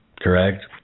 correct